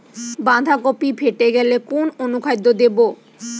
বাঁধাকপি ফেটে গেলে কোন অনুখাদ্য দেবো?